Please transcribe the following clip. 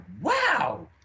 wow